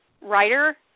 writer